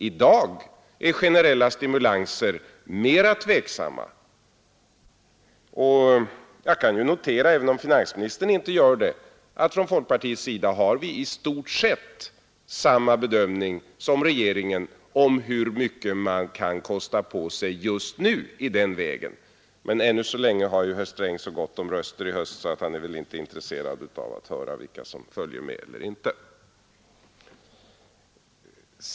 I dag är generella stimulanser mera tveksamma, och jag kan notera, även om finansministern inte gör det, att vi från folkpartiets sida i stort sett har samma bedömning som regeringen om hur mycket man kan kosta på sig just nu i den vägen. Men ännu så länge har herr Sträng så gott om röster så han är väl inte intresserad av att höra vilka som följer med eller inte.